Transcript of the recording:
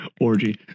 Orgy